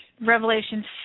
Revelation